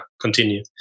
continue